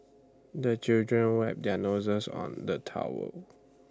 the children wipe their noses on the towel